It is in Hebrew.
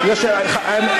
אני יודע שהדברים קשים,